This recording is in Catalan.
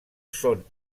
són